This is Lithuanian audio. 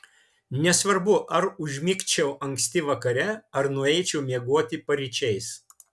nesvarbu ar užmigčiau anksti vakare ar nueičiau miegoti paryčiais